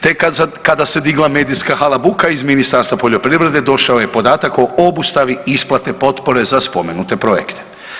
Tek kada se digla medijska halabuka iz Ministarstva poljoprivrede došao je podatak o obustavi isplate potpore za spomenute projekte.